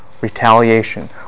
retaliation